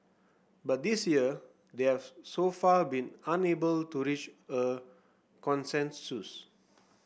but this year they have so far been unable to reach a consensus